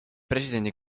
presidendi